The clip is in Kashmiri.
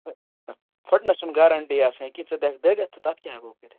پھُٹنَس چھَنہٕ گارَنٛٹی آسان کیٚنٛہہ ژٕ دِکھ دٲرِتھ تہٕ تَتھ کیٛاہ کَرو